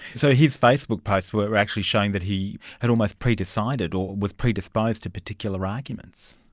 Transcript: so his facebook posts were actually showing that he had almost pre-decided or was predisposed to particular arguments.